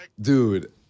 Dude